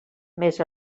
més